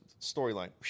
storyline